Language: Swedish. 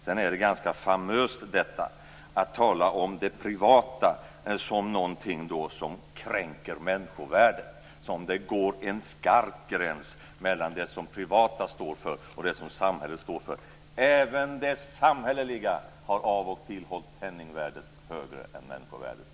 Det är ganska famöst att tala om det privata som någonting som kränker människovärdet, som om det går en skarp gräns mellan det som det privata står för och det som samhället står för. Även det samhälleliga har av och till hållit penningvärdet högre än människovärdet.